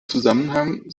zusammenhang